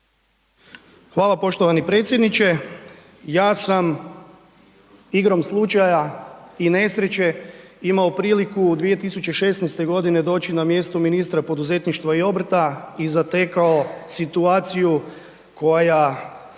Hvala poštovani predsjedniče. Ja sam igrom slučaja i nesreće imao priliku 2016. g. doći na mjesto ministra poduzetništva i obrta i zatekao situaciju koja